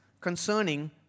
concerning